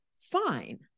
fine